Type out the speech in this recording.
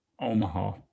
Omaha